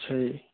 ਜੀ